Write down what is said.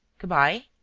good-bye.